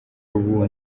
ubu